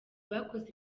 bakoze